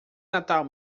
natal